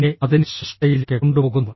പിന്നെ അതിനെ ശ്രേഷ്ഠതയിലേക്ക് കൊണ്ടുപോകുന്നു